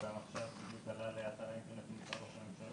גם עכשיו זה עלה באתר האינטרנט של משרד ראש הממשלה,